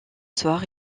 soir